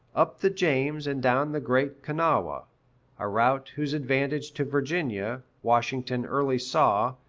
up the james and down the great kanawha a route whose advantage to virginia, washington early saw,